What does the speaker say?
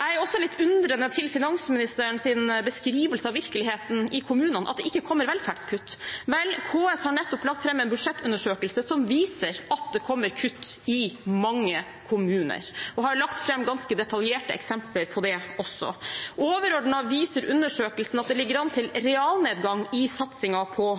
Jeg er også litt undrende til finansministerens beskrivelse av virkeligheten i kommunene, at det ikke kommer velferdskutt. Vel, KS har nettopp lagt fram en budsjettundersøkelse som viser at det kommer kutt i mange kommuner, og de har lagt fram ganske detaljerte eksempler på det også. Overordnet viser undersøkelsen at det ligger an til realnedgang i satsingen på